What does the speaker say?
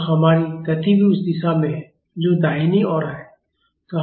तो हमारी गति भी उस दिशा में है जो दाहिनी ओर है